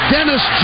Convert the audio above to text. Dennis